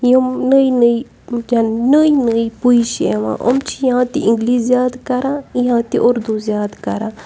یِم نٔے نٔے جَن نٔے نٔے پُے چھِ یِوان یِم چھِ یا تہِ اِنٛگلِش زیادٕ کَران یا تہِ اُردو زیادٕ کَران